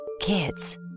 Kids